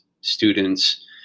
students